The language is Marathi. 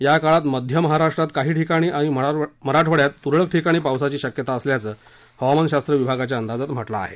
याकाळात मध्य महाराष्ट्रात काही ठिकाणी आणि मराठवाड्यात तुरळक ठिकाणी पावसाची शक्यता असल्याचं हवामान शास्त्र विभागाच्या अंदाजात म्हटलं आहे